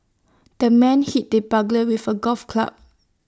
the man hit the burglar with A golf club